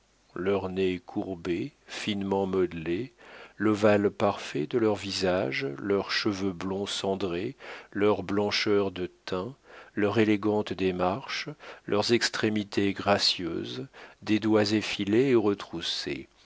leur nez courbé finement modelé l'ovale parfait de leur visage leurs cheveux blonds cendrés leur blancheur de teint leur élégante démarche leurs extrémités gracieuses des doigts effilés et retroussés